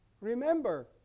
Remember